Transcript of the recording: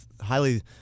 highly